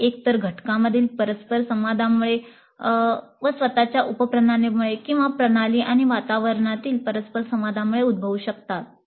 ते एकतर घटकांमधील परस्परसंवादामुळे स्वतःच उपप्रणालीमुळे किंवा प्रणाली आणि वातावरणातील परस्पर संवादांमुळे उद्भवू शकतात